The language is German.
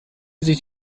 sich